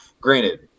granted